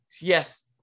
yes